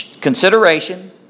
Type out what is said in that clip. Consideration